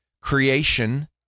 creation